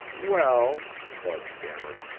well, bud stammered,